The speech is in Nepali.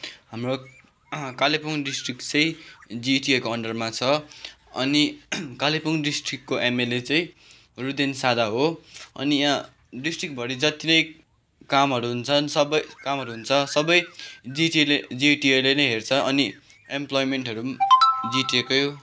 हाम्रो कालेबुङ डिस्ट्रिक्ट चाहिँ जिटिएको अन्डरमा छ अनि कालेबुङ डिस्ट्रिक्टको एमएलए चाहिँ रुदेन सादा हो अनि यहाँ डिस्ट्रिक्ट भरि जति नै कामहरू हुन्छन् सबै कामहरू हुन्छ सबै जिटिएले जिटिएले नै हेर्छ अनि इम्प्लोइमेन्टहरू पनि जिटिएकै